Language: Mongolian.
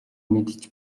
мэдэж